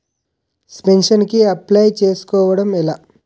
Pension కి apply చేసుకోవడం ఎలా?